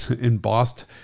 embossed